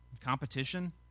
competition